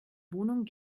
wohnung